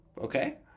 okay